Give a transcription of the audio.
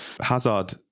Hazard